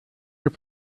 your